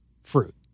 fruit